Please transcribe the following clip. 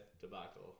debacle